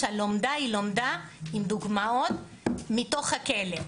כשהלומדה היא לומדה עם דוגמאות מתוך הכלא,